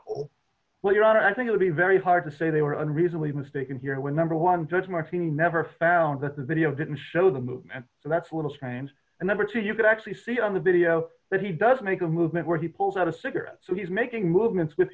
or well your honor i think i would be very hard to say they were and recently mistaken here were number one judge martini never found that the video didn't show the movement so that's a little strange and number two you can actually see on the video that he does make a movement where he pulls out a cigarette so he's making movements with